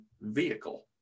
vehicle